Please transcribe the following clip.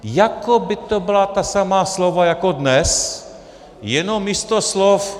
Jako by to byla ta samá slova jako dnes, jenom místo slov...